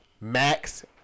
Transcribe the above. Max